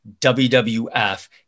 WWF